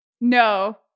No